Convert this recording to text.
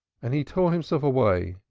and he tore himself away,